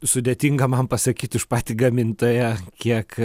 sudėtinga man pasakyti už patį gamintoją kiek